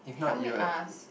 help me ask